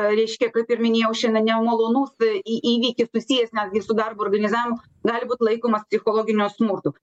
reiškia kaip ir minėjau šiandien nemalonus į įvykis susijęs netgi ir su darbo organizavimu gali būt laikomas psichologiniu smurtu